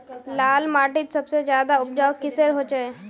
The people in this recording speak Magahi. लाल माटित सबसे ज्यादा उपजाऊ किसेर होचए?